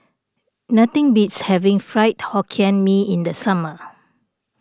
nothing beats having Fried Hokkien Mee in the summer